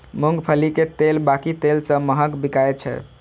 मूंगफली के तेल बाकी तेल सं महग बिकाय छै